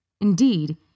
Indeed